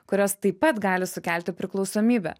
kurios taip pat gali sukelti priklausomybę